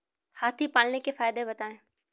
हाथी पालने के फायदे बताए?